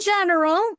general